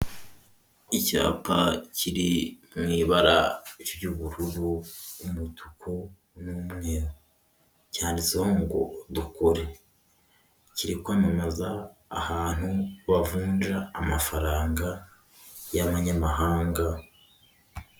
Icyapa kiri mu ibara ry'ubururu, umutuku, n'umweru. Cyanditseho ngo dukore. Kiri kwamamaza ahantu bavunja amafaranga y'amanyamahanga.